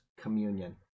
communion